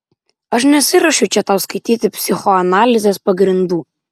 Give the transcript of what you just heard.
aš nesiruošiu čia tau skaityti psichoanalizės pagrindų